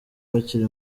bakiri